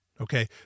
okay